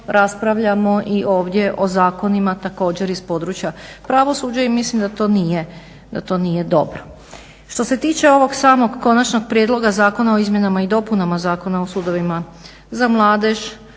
raspravljamo i ovdje o zakonima također iz područja pravosuđa i mislim da to nije dobro. Što se tiče ovog samog Konačnog prijedloga Zakona o izmjenama i dopunama Zakona o sudovima za mladež